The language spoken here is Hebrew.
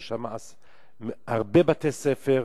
יש שם הרבה בתי-ספר.